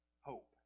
hope